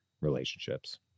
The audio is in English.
relationships